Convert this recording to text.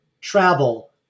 travel